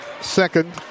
second